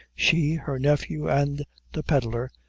she, her nephew, and the pedlar,